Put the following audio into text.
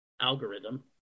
algorithm